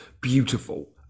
beautiful